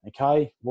Okay